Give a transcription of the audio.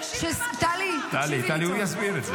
טלי, הוא יסביר את זה.